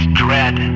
dread